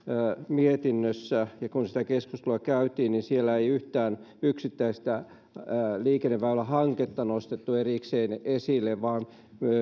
mietinnössä se että kun sitä keskustelua käytiin siellä ei yhtään yksittäistä liikenneväylähanketta nostettu erikseen esille vaan